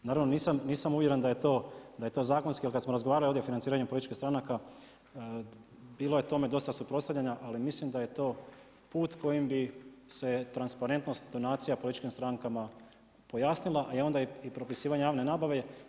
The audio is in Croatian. Naravno nisam uvjeren da je to zakonski, ali kad smo razgovarali ovdje o financiranju političkih stranaka bilo je tome dosta suprotstavljanja, ali mislim da je to put kojim bi se transparentnost donacija političkim strankama pojasnila, a onda i propisivanje javne nabave.